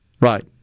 Right